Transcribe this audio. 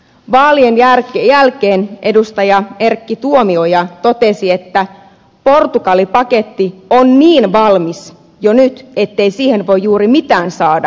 vaalien jälkeen edustaja erkki tuomioja totesi että portugali paketti on niin valmis jo nyt ettei siihen voi juuri mitään saada aikaan